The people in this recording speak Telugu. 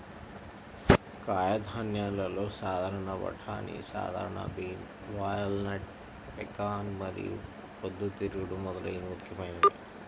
కాయధాన్యాలలో సాధారణ బఠానీ, సాధారణ బీన్, వాల్నట్, పెకాన్ మరియు పొద్దుతిరుగుడు మొదలైనవి ముఖ్యమైనవి